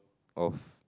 of